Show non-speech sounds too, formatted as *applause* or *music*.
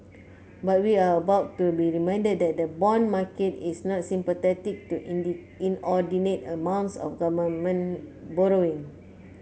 but we are about to be reminded that the bond market is not sympathetic to *unintelligible* inordinate amounts of government borrowing